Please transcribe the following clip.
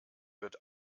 wird